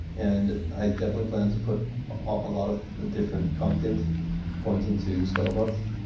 and i definitely plan to put ah a lot of the different content pointing to scuttlebutt.